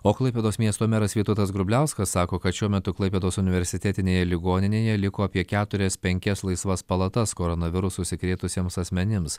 o klaipėdos miesto meras vytautas grubliauskas sako kad šiuo metu klaipėdos universitetinėje ligoninėje liko apie keturias penkias laisvas palatas koronavirusu užsikrėtusiems asmenims